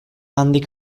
handik